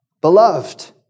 Beloved